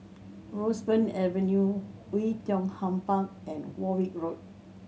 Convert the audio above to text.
Roseburn Avenue Oei Tiong Ham Park and Warwick Road